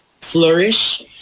flourish